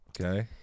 Okay